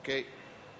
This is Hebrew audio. אוקיי.